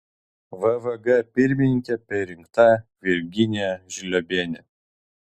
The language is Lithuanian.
vvg pirmininke perrinkta virginija žliobienė